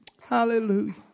hallelujah